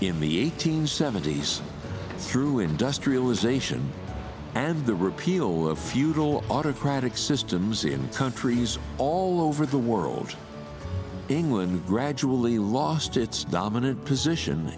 in the eighteen seventies through industrialization and the repeal of feudal autocratic systems in countries all over the world england gradually lost its dominant position